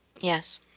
yes